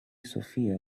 sophia